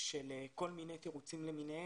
כל מיני תירוצים למיניהם.